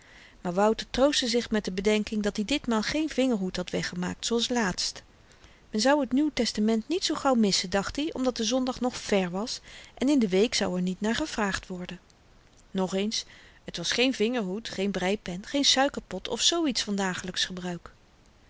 maar wouter troostte zich met de bedenking dat-i ditmaal geen vingerhoed had weggemaakt zooals laatst men zou t nieuw testament niet zoo gauw missen dacht i omdat de zondag nog vèr was en in de week zou er niet naar gevraagd worden nogeens t was geen vingerhoed geen breipen geen suikerpot of zoo iets van dagelyksch gebruik